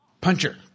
Puncher